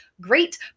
great